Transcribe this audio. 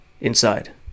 inside